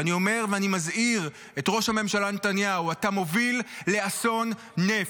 אני אומר ואני מזהיר את ראש הממשלה נתניהו: אתה מוביל לאסון נפט.